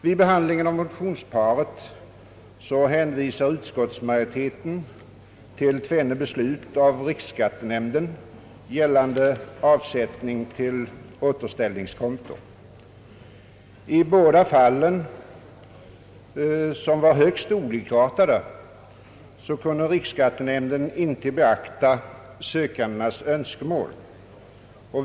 Vid behandlingen av motionsparet hänvisar utskottsmajoriteten till tvenne beslut av riksskattenämnden gällande avsättning till återställningskonto. I båda fallen, som var högst olikartade, kunde riksskattenämnden inte beakta sökandenas önskemål.